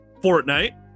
Fortnite